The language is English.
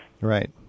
Right